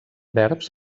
verbs